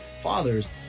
fathers